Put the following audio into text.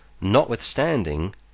notwithstanding